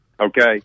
Okay